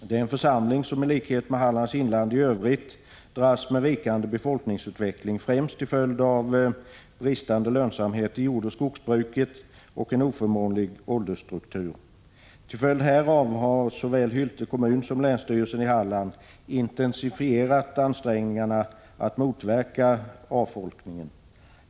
Det är en församling som i likhet med Hallands inland i övrigt dras med vikande befolkningsutveckling, främst till följd av bristande lönsamhet i jordoch skogsbruket och en oförmånlig åldersstruktur. Till följd härav har såväl Hylte kommun som länsstyrelsen i Halland intensifierat ansträngningarna att motverka avfolkningen.